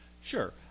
Sure